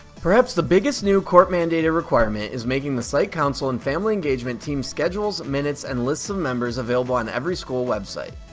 perhaps the biggest new court-mandated requirement is making the site council and family engagement team schedules, minutes and lists of members available on each school website.